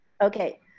Okay